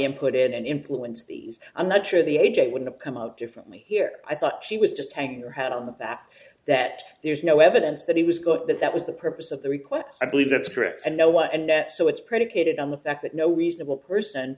input in and influence these i'm not sure the a j would've come out differently here i thought she was just hanging her head on the fact that there's no evidence that he was got that that was the purpose of the request i believe that's correct and no one and net so it's predicated on the fact that no reasonable person